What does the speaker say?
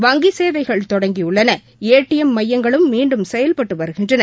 வங்கிசேவைகள் தொடங்கியுள்ளன A T M மையங்களும் மீண்டும் செயல்பட்டுவருகின்றன